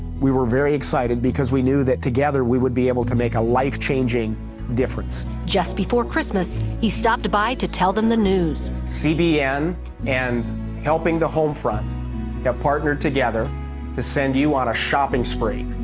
we were very excited because we knew that together we would be able to make a life changing difference. just before christmas, he stopped by to tell them the news. cbn and helping the home front got partnered together to send you on a shopping spree.